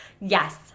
yes